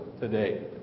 today